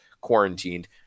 quarantined